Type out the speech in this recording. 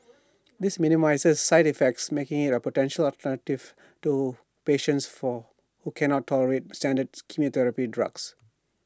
this minimises side effects making IT A potential alternative to patients for who cannot tolerate standard chemotherapy drugs